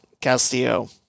Castillo